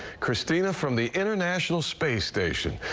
kristina from the international space station,